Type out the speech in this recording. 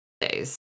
days